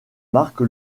marque